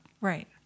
Right